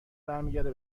برمیگرده